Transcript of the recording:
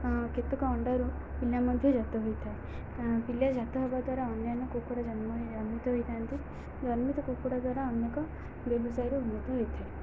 କେତେକ ଅଣ୍ଡାରୁ ପିଲା ମଧ୍ୟ ଜାତ ହୋଇଥାଏ ପିଲା ଜାତ ହବା ଦ୍ୱାରା ଅନ୍ୟାନ୍ୟ କୁକୁଡ଼ା ଜନ୍ମ ଜନ୍ମିତ ହୋଇଥାନ୍ତି ଜନ୍ମିତ କୁକୁଡ଼ା ଦ୍ୱାରା ଅନେକ ବ୍ୟବସାୟରେ ଉନ୍ନତ ହୋଇଥାଏ